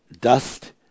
dust